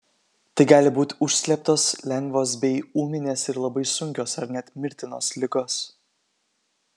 tai gali būti užslėptos lengvos bei ūminės ir labai sunkios ar net mirtinos ligos